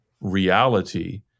reality